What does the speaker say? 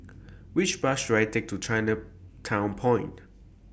Which Bus should I Take to Chinatown Point